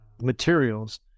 materials